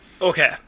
Okay